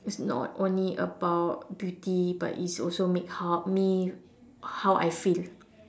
it's not only about beauty but it's also make how me how I feel